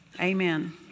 Amen